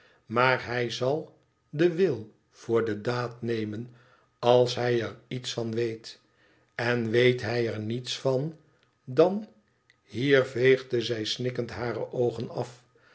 maar hij zal den wil voor de daad nemen als hij er iets van weet en weet hij er niets van dan hier veegde zij snikkend hare oogen af